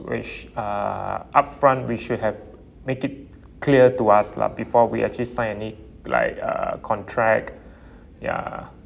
which uh upfront we should have made it clear to us lah before we actually sign any like uh contract ya